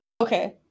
Okay